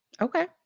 Okay